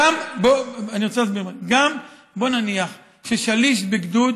בואו נניח ששליש בגדוד